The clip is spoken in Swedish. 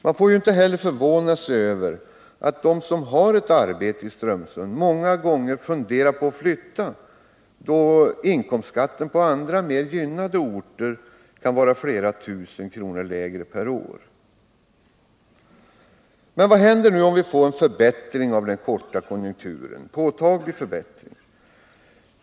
Man får inte heller förvåna sig över att de som har arbete i Strömsund många gånger funderar på att flytta, då inkomstskatten på andra mera gynnade orter kan vara flera tusen kronor lägre per år. Vad händer nu om vi får en påtaglig förbättring av den korta konjunkturen?